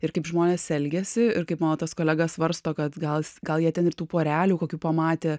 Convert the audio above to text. ir kaip žmonės elgiasi ir kaip mano tas kolega svarsto kad gal gal jie ten ir tų porelių kokių pamatė